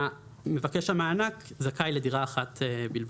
מבקש המענק זכאי לדירה אחת בלבד.